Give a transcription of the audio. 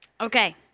Okay